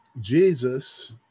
jesus